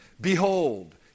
Behold